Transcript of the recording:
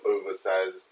oversized